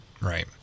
Right